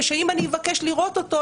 ושאם אני אבקש לראות אותו,